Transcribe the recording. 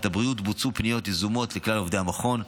הבריאות בוצעו פניות יזומות לכלל עובדי המכון,